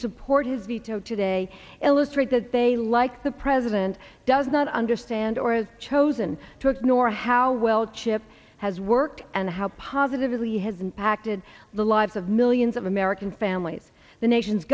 support his veto today illustrate that they like the president does not understand or has chosen to ignore how well chip has worked and how positively has impacted the lives of millions of american families the nation's